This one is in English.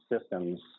systems